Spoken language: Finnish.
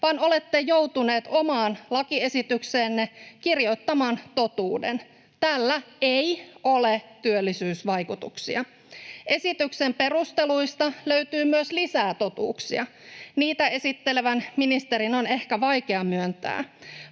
vaan olette joutuneet omaan lakiesitykseenne kirjoittamaan totuuden: tällä ei ole työllisyysvaikutuksia. Esityksen perusteluista löytyy myös lisää totuuksia. Niitä on esittelevän ministerin ehkä vaikea myöntää.